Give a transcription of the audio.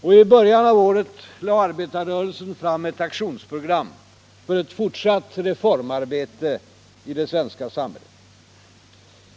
Och i början av året lade arbetarrörelsen fram ett aktionsprogram för ett fortsatt reformarbete i det svenska samhället.